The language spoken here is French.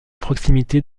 proximité